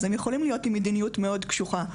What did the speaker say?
אז הם יכולים להיות עם מדיניות מאוד קשוחה.